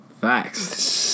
Facts